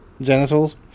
genitals